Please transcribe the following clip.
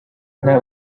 nta